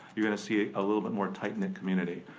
you're gonna see a ah little bit more tight-knit community.